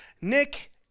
Nick